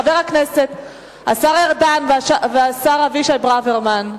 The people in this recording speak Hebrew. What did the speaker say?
השר ארדן והשר אבישי ברוורמן,